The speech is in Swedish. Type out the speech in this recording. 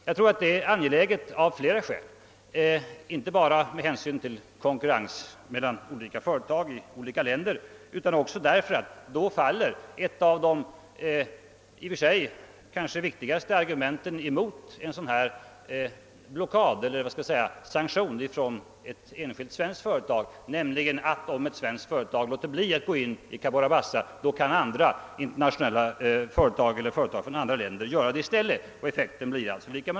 Jag tror att det är angeläget av flera skäl, inte bara med hänsyn till konkurrensen mellan företag i olika länder utan också därför att då bortfaller en av svagheterna med en sådan sanktion, nämligen den att om ett svenskt företag låter bli att gå in i Cabora Bassa, kan företag från andra länder göra det i stället.